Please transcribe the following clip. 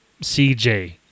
CJ